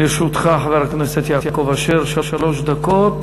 לרשותך, חבר הכנסת יעקב אשר, שלוש דקות.